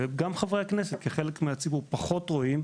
וגם חברי הכנסת כחלק מהציבור פחות רואים.